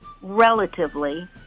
relatively